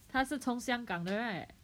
他是从香港的 right